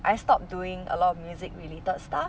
I stop doing a lot of music related stuff